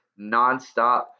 nonstop